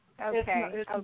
Okay